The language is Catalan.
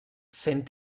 sent